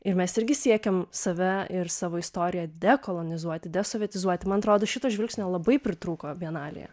ir mes irgi siekėm save ir savo istoriją dekolonizuoti desovietizuoti man atrodo šito žvilgsnio labai pritrūko bienalėje